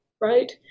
right